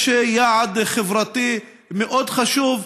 יש יעד חברתי מאוד חשוב.